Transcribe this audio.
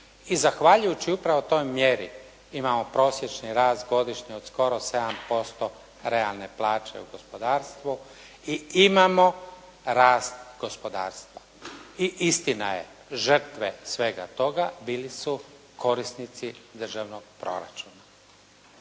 I zahvaljujući upravo toj mjeri imamo prosječni rast godišnji od skoro 7% realne plaće u gospodarstvu i imamo rast gospodarstva. I istina je žrtve svega toga bili su korisnici Državnog proračuna.